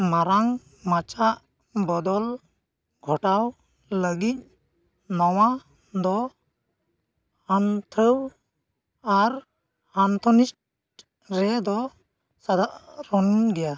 ᱢᱟᱨᱟᱝ ᱢᱟᱪᱷᱟ ᱵᱚᱫᱚᱞ ᱜᱷᱚᱴᱟᱣ ᱞᱟᱹᱜᱤᱫ ᱱᱚᱣᱟ ᱫᱚ ᱟᱱᱛᱷᱟᱹᱣ ᱟᱨ ᱟᱱᱛᱷᱚᱱᱤᱥᱴ ᱨᱮ ᱫᱚ ᱥᱟᱫᱷᱟᱨᱚᱱ ᱜᱮᱭᱟ